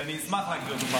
שאני אשמח להקריא אותו.